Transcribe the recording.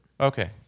Okay